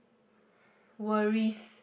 worries